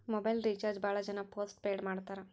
mobile recharge ಭಾಳ್ ಜನ postpaid ಮಾಡಸ್ತಾರ